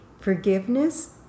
forgiveness